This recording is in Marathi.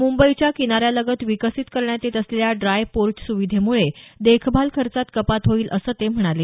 मुंबईच्या किनाऱ्यालगत विकसित करण्यात येत असलेल्या ड्राय पोर्ट सुविधेमुळे देखभाल खर्चात कपात होईल असं ते म्हणाले